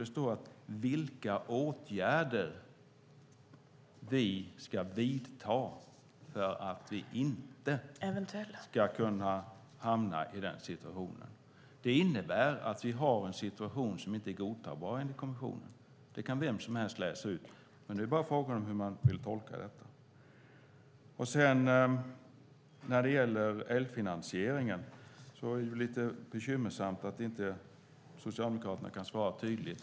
Där står vilka åtgärder vi ska vidta för att vi inte ska kunna hamna i den situationen. Det innebär att vi har en situation som inte är godtagbar enligt kommissionen. Det kan vem som helst läsa ut. Det är bara fråga om hur man vill tolka detta. När det gäller älgfinansieringen är det lite bekymmersamt att inte Socialdemokraterna kan svara tydligt.